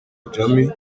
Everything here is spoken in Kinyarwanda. jammeh